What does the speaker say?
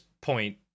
point